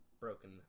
broken